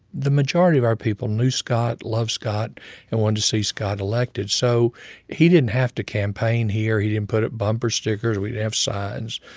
the majority of our people knew scott, loved scott and wanted to see scott elected. so he didn't have to campaign here. he didn't put up bumper stickers. we didn't have signs.